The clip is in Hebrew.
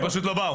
הם פשוט לא באו.